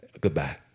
goodbye